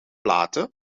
platen